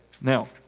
Now